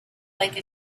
like